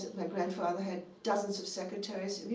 my grandfather had dozens of secretaries.